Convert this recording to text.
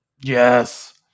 Yes